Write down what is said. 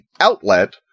outlet